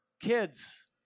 Kids